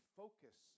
focus